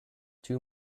two